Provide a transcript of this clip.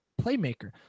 playmaker